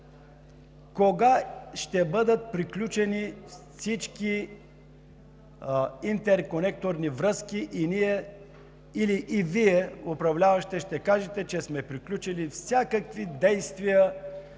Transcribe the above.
кога ще бъдат приключени всички интерконекторни връзки и ние, или и Вие – управляващите, ще кажете, че сме приключили всякакви действия,